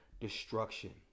destruction